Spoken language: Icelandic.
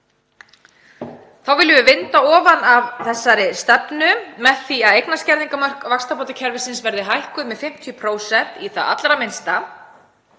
Ég vil vinda ofan af þessari stefnu með því að eignaskerðingarmörk vaxtabótakerfisins verði hækkuð um 50% í það allra minnsta.